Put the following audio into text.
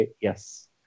Yes